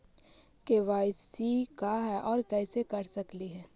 KYC का है, और कैसे कर सकली हे?